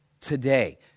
today